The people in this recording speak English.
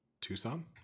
Tucson